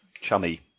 Chummy